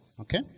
Okay